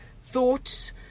thoughts